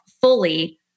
fully